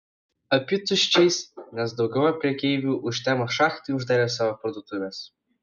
apytuščiais nes dauguma prekeivių užtemus šachtai uždarė savo parduotuves